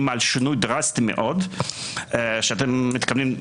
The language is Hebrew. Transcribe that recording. על שינוי דרסטי מאוד שאתם מבינים,